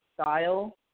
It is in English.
style